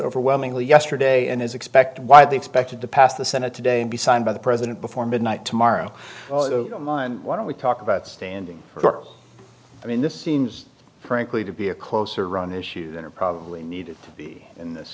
overwhelmingly yesterday and is expected widely expected to pass the senate today and be signed by the president before midnight tomorrow why don't we talk about standing for i mean this seems frankly to be a closer run issue than are probably needed in this